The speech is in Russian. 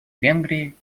венгрии